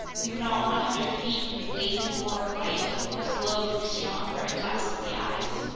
we were not one hundred feet from the blazing core of light, whose glow grew stronger and dazzled the eyes.